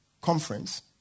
Conference